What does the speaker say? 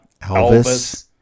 Elvis